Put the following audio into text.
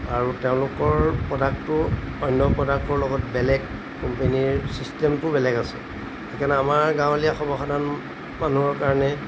আৰু তেওঁলোকৰ প্ৰডাক্টটো অন্য প্ৰডাক্টৰ লগত বেলেগ কোম্পানীৰ ছিষ্টেমটো বেলেগ আছে সেইকাৰণে আমাৰ গাঁৱলীয়া সৰ্বসাধাৰণ মানুহৰ কাৰণে